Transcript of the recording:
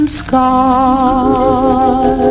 sky